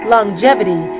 Longevity